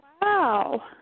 Wow